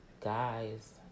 guys